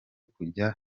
kujya